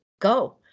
go